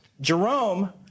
Jerome